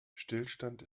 stillstand